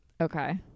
Okay